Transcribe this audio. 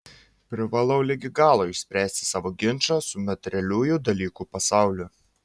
privalau ligi galo išspręsti savo ginčą su materialiųjų dalykų pasauliu